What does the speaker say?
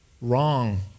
wrong